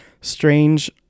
strange